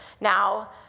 Now